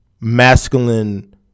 masculine